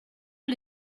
gli